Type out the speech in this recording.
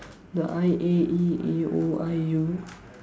the I A E A O I U